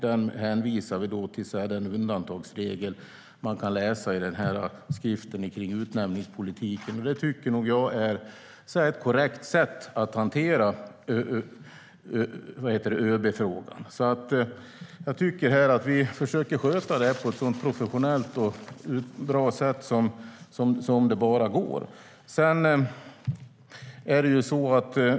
Där hänvisar vi till den undantagsregel man kan läsa om i skriften om utnämningspolitiken. Det tycker nog jag är ett korrekt sätt att hantera ÖB-frågan. Jag tycker att vi försöker sköta det här på ett så professionellt och bra sätt som det bara går.